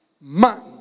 man